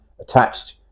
attached